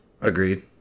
Agreed